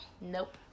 Nope